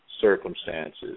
circumstances